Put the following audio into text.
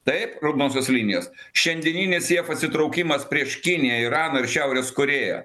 taip raudonosios linijos šiandieninis jav atsitraukimas prieš kiniją iraną ir šiaurės korėją